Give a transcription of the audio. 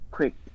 Quick